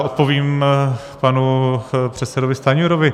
Odpovím panu předsedovi Stanjurovi.